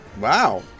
wow